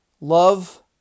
Love